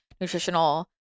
nutritional